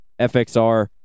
FXR